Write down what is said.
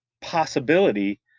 possibility